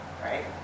Right